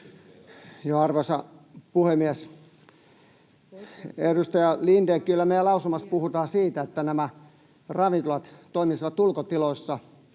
Arvoisa puhemies! Edustaja Lindén, kyllä meidän lausumassamme puhutaan siitä, että nämä ravintolat toimisivat ulkotiloissa